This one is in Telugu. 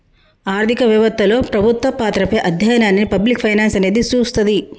ఆర్థిక వెవత్తలో ప్రభుత్వ పాత్రపై అధ్యయనాన్ని పబ్లిక్ ఫైనాన్స్ అనేది చూస్తది